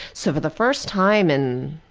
so for the first time in